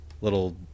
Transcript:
little